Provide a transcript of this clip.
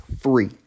free